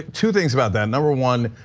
two things about that, number one,